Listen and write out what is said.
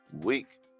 week